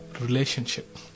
Relationship